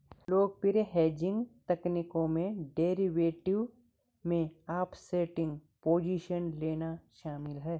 लोकप्रिय हेजिंग तकनीकों में डेरिवेटिव में ऑफसेटिंग पोजीशन लेना शामिल है